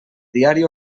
diari